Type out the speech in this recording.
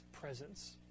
presence